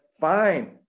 fine